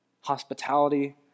Hospitality